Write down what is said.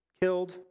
killed